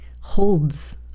holds